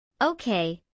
Okay